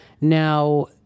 Now